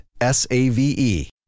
S-A-V-E